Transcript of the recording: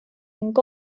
ning